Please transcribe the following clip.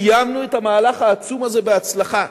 סיימנו את המהלך העצום הזה בהצלחה.